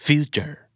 Future